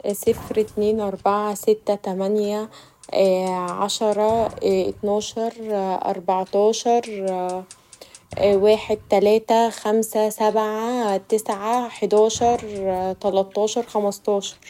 صفر اتنين اربعه سته تمانيه عشره اتناشر اربعتاشر واحد تلاته خمسه سبعه تسعه حداشر تلاتشر خمستاشر.